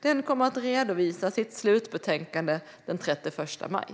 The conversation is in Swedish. Den kommer att redovisa sitt slutbetänkande den 31 maj.